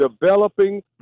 developing